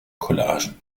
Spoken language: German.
collagen